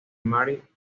marie